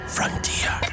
Frontier